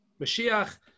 Mashiach